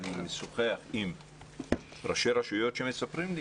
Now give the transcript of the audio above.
ואני משוחח עם ראשי רשויות שמספרים לי